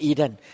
Eden